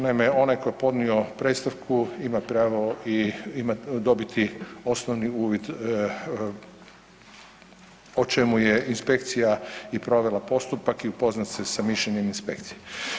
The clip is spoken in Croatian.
Naime, onaj tko je podnio predstavku ima pravo i dobiti osnovni uvid o čemu je inspekcija i provela postupak i upoznat se sa mišljenjem inspekcije.